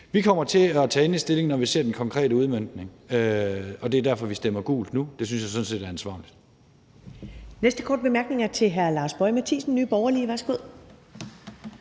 Vi kommer til at tage endelig stilling, når vi ser den konkrete udmøntning, og det er derfor, vi stemmer gult nu, og det synes jeg sådan set er ansvarligt.